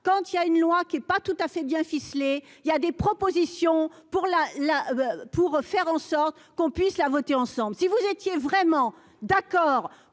quand il y a une loi qui est pas tout à fait bien ficelé, il y a des propositions pour la la pour faire en sorte qu'on puisse la voter ensemble si vous étiez vraiment d'accord